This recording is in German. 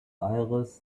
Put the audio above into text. aires